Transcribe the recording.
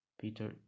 Peter